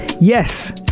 Yes